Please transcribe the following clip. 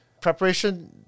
Preparation